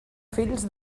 fills